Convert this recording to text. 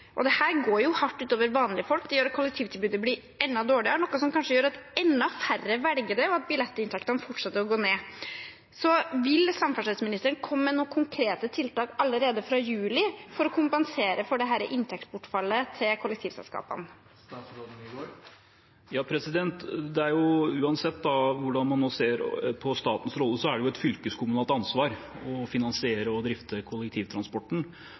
går hardt ut over vanlige folk. Det gjør at kollektivtilbudet blir enda dårligere, noe som kanskje gjør at enda færre velger det, og at billettinntektene fortsetter å gå ned. Vil samferdselsministeren komme med noen konkrete tiltak allerede fra juli av for å kompensere for dette inntektsbortfallet til kollektivselskapene? Uansett hvordan man nå ser på statens rolle, er det jo et fylkeskommunalt ansvar å finansiere og drifte kollektivtransporten.